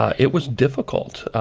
it was difficult,